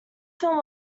film